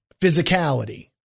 Physicality